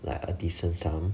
like a decent sum